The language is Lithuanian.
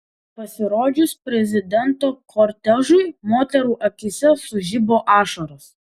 pasirodžius prezidento kortežui moterų akyse sužibo ašaros